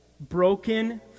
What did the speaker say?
broken